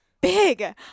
big